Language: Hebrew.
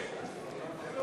רשות